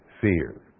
fear